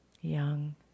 young